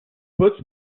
puts